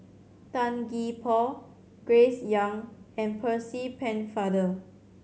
Tan Gee Paw Grace Young and Percy Pennefather